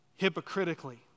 hypocritically